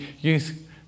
Youth